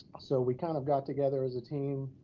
so we kind of got together as a team,